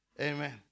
Amen